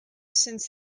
since